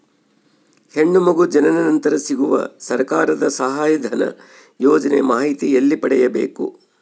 ಹೆಣ್ಣು ಮಗು ಜನನ ನಂತರ ಸಿಗುವ ಸರ್ಕಾರದ ಸಹಾಯಧನ ಯೋಜನೆ ಮಾಹಿತಿ ಎಲ್ಲಿ ಪಡೆಯಬೇಕು?